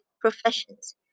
professions